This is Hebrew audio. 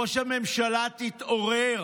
ראש הממשלה, תתעורר,